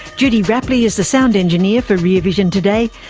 judy rapley is the sound engineer for rear vision today.